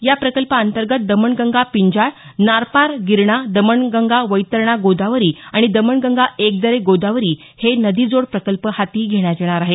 या प्रकल्पाअंतर्गत दमणगंगा पिंजाळ नारपार गिरणा दमणगंगा वैतरणा गोदावरी आणि दमणगंगा एकदो गोदावरी हे नदीजोड प्रकल्प हाती घेण्यात येणार आहेत